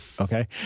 okay